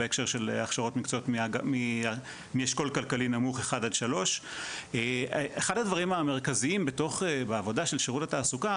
בהקשר של הכשרות מקצועיות מאשכול כלכלי נמוך 1-3. אחד הדברים המרכזיים בעבודה של שירות התעסוקה,